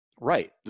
Right